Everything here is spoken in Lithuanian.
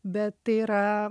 bet tai yra